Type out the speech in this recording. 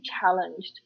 challenged